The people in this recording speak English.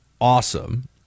awesome